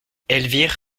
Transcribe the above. elvire